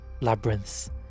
labyrinths